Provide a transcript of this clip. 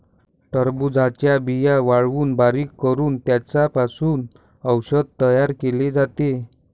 टरबूजाच्या बिया वाळवून बारीक करून त्यांचा पासून देशी औषध तयार केले जाते